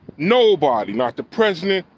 no body, not the president.